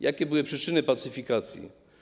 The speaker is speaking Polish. Jakie były przyczyny pacyfikacji?